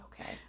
Okay